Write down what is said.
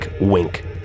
wink